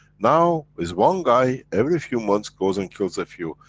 now there's one guy every few months, goes and kills a few,